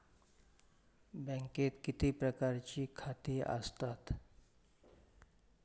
बँकेत किती प्रकारची खाती आसतात?